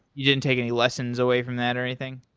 you didn't take any lessons away from that or anything?